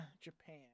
Japan